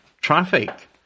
Traffic